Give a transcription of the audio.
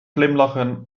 glimlachen